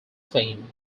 fame